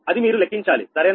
అది మీరు లెక్కించాలి సరేనా